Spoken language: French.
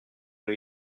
new